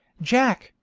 jack!